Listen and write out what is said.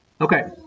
Okay